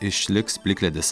išliks plikledis